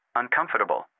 Uncomfortable